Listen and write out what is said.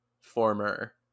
former